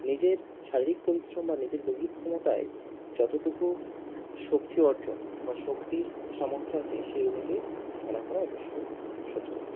নিজের শারীরিক পরিশ্রম বা নিজের দৈহিক ক্ষমতায় যতটুকু শক্তি অর্জন বা শক্তির সামর্থ্য আছে সেই অনুযায়ী খেলা করা অবশ্যই সচলতা